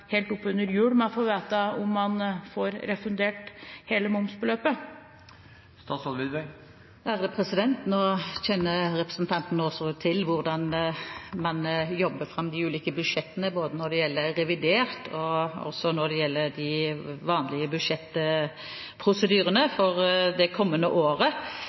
helt oppunder jul med å få vite om man får refundert hele momsbeløpet? Representanten Aasrud kjenner til hvordan man jobber fram de ulike budsjettene, både når det gjelder revidert nasjonalbudsjett og når det gjelder de vanlige budsjettene for det kommende året.